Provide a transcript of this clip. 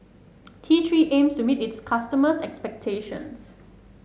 T Three aims to meet its customers' expectations